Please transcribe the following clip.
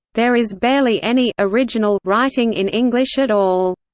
there is barely any original writing in english at all.